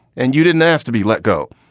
and you didn't ask to be let go.